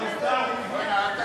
אני מופתע ממך,